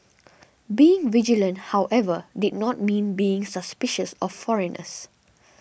being vigilant however did not mean being suspicious of foreigners